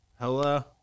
Hello